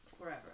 forever